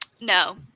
no